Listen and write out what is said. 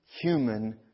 human